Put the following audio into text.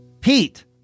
Pete